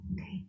Okay